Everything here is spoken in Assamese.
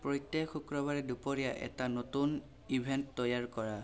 প্ৰত্যেক শুক্ৰবাৰে দুপৰীয়া এটা নতুন ইভেণ্ট তৈয়াৰ কৰা